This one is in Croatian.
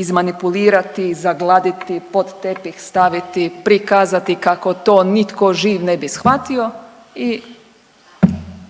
izmanipulirati, zagladiti, pod tepih staviti, prikazati kako to nitko živ ne bi shvatio i